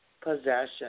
possession